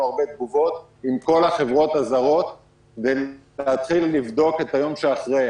הרבה תגובות עם כל החברות הזרות כדי להתחיל לבדוק את היום שאחרי.